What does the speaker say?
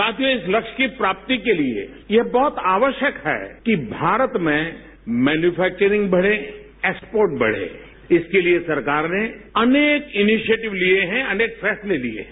साथियों इस लस्य की प्राप्ति के लिए यह बहुत आवश्यक है कि भारत में मैन्युफेकचरिंग बढ़े एक्पोर्ट बढ़े इसके लिए सरकार ने अनेक इनेसिटिव लिये हैं अनेक फैसले लिये हैं